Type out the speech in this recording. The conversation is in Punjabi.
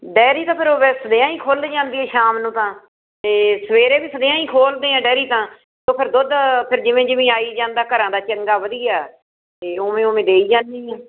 ਡੈਰੀ ਤਾਂ ਫਿਰ ਉਹ ਵੈਸ ਸਵੇਰਾ ਹੀ ਖੁੱਲ ਜਾਂਦੀ ਹੈ ਸ਼ਾਮ ਨੂੰ ਤਾਂ ਅਤੇ ਸਵੇਰੇ ਵੀ ਸਵੇਆ ਹੀ ਖੋਲ੍ਹਦੇ ਹਾਂ ਡੈਰੀ ਤਾਂ ਅਤੇ ਉਹ ਫਿਰ ਦੁੱਧ ਫਿਰ ਜਿਵੇਂ ਜਿਵੇਂ ਆਈ ਜਾਂਦਾ ਘਰਾਂ ਦਾ ਚੰਗਾ ਵਧੀਆ ਅਤੇ ਉਵੇਂ ਉਵੇਂ ਦੇਈ ਜਾਂਦੀ ਹਾਂ